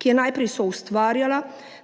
ki je najprej soustvarjala